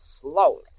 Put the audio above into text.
slowly